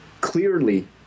clearly